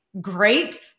great